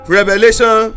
Revelation